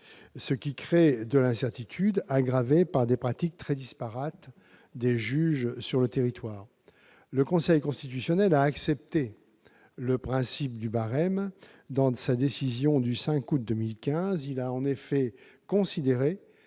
ce qui crée de l'incertitude, aggravée par la grande disparité des pratiques des juges sur le territoire. Le Conseil constitutionnel a accepté le principe du barème. Dans sa décision du 5 août 2015, il a en effet considéré